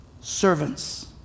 servants